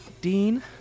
Dean